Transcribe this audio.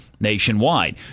nationwide